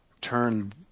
turn